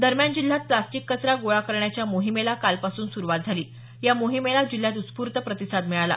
दरम्यान जिल्ह्यात प्लास्टिक कचरा गोळा करण्याच्या मोहिमेला कालपासून सूरवात झाली या मोहिमेला जिल्ह्यात उत्स्फूर्त प्रतिसाद मिळाला